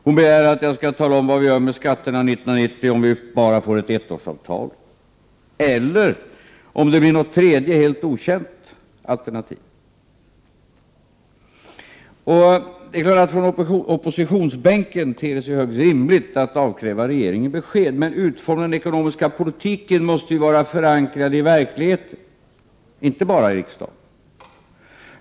Hon begär att jag skall tala om vad vi gör med skatterna 1990 om vi bara får ett ettårsavtal eller om det blir något tredje helt okänt alternativ. Det är klart att det från oppositionsbänken ter sig högst rimligt att avkräva regeringen besked. Men utformandet av den ekonomiska politiken måste ju vara förankrat i verkligheten — inte bara i riksdagen.